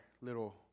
little